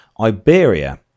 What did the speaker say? Iberia